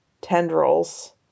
tendrils